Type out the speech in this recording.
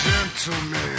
Gentleman